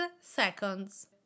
seconds